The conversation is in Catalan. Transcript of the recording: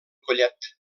collet